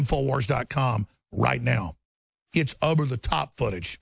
infowars dot com right now it's over the top footage